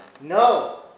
No